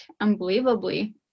unbelievably